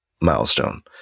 milestone